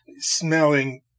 smelling